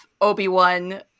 Obi-Wan